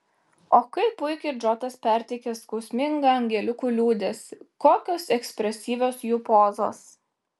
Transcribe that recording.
o kaip puikiai džotas perteikė skausmingą angeliukų liūdesį kokios ekspresyvios jų pozos